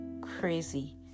crazy